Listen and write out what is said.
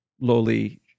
lowly